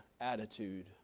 attitude